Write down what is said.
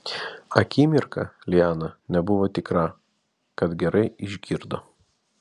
akimirką liana nebuvo tikra kad gerai išgirdo